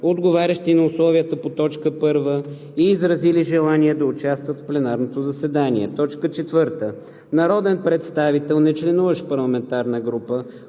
отговарящи на условията по т. 1 и изразили желание да участват в пленарното заседание. 4. Народен представител, нечленуващ в парламентарна група,